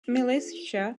militia